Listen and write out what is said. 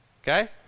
Okay